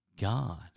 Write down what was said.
God